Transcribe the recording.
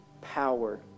power